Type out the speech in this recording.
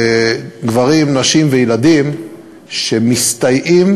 גברים, נשים וילדים שמסתייעים,